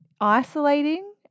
isolating